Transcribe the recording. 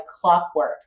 clockwork